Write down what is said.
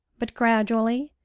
but gradually,